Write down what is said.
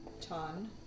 ton